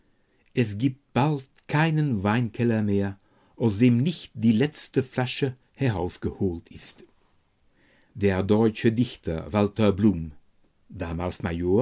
es gibt bald keinen weinkeller mehr aus dem nicht die letzte flasche herausgeholt ist der deutsche dichter walter bloem